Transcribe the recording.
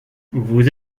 vous